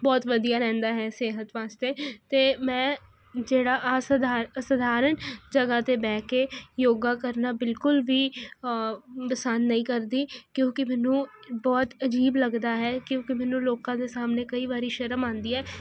ਬਹੁਤ ਵਧੀਆ ਰਹਿੰਦਾ ਹੈ ਸਿਹਤ ਵਾਸਤੇ ਤੇ ਮੈਂ ਜਿਹੜਾ ਅਸਾ ਅਸਾਧਾਰਨ ਜਗ੍ਹਾ ਤੇ ਬਹਿ ਕੇ ਯੋਗਾ ਕਰਨਾ ਬਿਲਕੁਲ ਵੀ ਪਸੰਦ ਨਈਂ ਕਰਦੀ ਕਿਉਂਕੀ ਮੈਨੂੰ ਬਹੁਤ ਅਜੀਬ ਲੱਗਦਾ ਹੈ ਕਿਉਂਕੀ ਮੈਨੂੰ ਲੋਕਾਂ ਦੇ ਸਾਮਣੇ ਕਈ ਵਾਰੀ ਸ਼ਰਮ ਆਂਦੀ ਐ